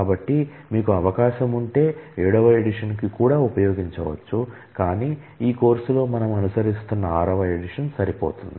కాబట్టి మీకు అవకాశం ఉంటె ఏడవ ఎడిషన్కు కూడా ఉపయోగించవచ్చు కాని ఈ కోర్సులో మనం అనుసరిస్తున్న ఆరవ ఎడిషన్ సరిపోతుంది